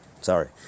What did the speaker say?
sorry